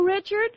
Richard